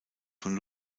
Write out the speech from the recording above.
von